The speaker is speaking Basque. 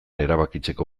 erabakitzeko